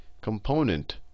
component